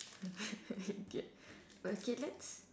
K okay let's